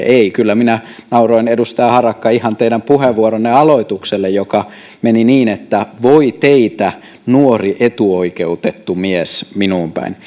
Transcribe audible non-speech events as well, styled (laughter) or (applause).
(unintelligible) ei kyllä minä nauroin edustaja harakka ihan teidän puheenvuoronne aloitukselle joka meni niin että voi teitä nuori etuoikeutettu mies minuun päin (unintelligible)